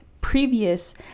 previous